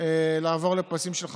לעבור לפסים של חקיקה.